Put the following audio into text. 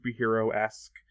superhero-esque